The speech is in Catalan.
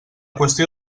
qüestió